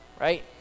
right